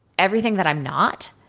everything that i'm not.